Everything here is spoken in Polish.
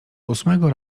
ósmego